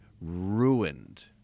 ruined